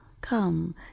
come